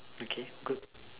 okay good